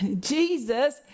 Jesus